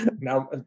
now